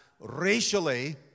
racially